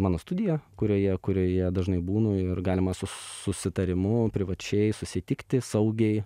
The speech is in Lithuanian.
mano studija kurioje kurioje dažnai būnu ir galima su susitarimu privačiai susitikti saugiai